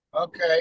Okay